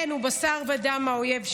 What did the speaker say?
כן, הוא בשר ודם האויב שלי,